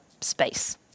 space